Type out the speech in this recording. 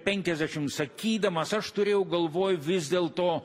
penkiasdešim sakydamas aš turėjau galvoj vis dėlto